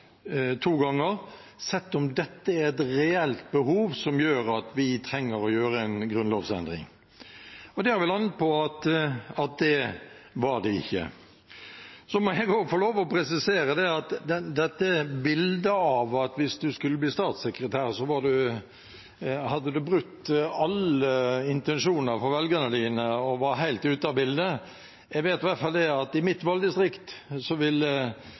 to ganger nå – har vi sett om dette er et reelt behov, som gjør at vi trenger å gjøre en grunnlovsendring. Vi har landet på at det ikke er det. Til dette bildet om at hvis man skulle bli statssekretær, hadde man brutt alle intensjoner overfor velgerne sine og var helt ute av bildet: Jeg vet i hvert fall at i mitt valgdistrikt